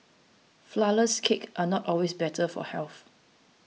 flourless cake are not always better for health